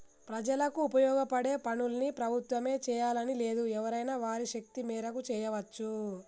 ప్రజలకు ఉపయోగపడే పనులన్నీ ప్రభుత్వమే చేయాలని లేదు ఎవరైనా వారి శక్తి మేరకు చేయవచ్చు